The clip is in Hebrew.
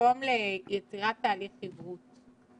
מקום ליצירת תהליך חברות,